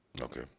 Okay